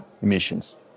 emissions